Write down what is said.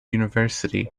university